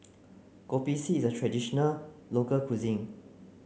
Kopi C is a traditional local cuisine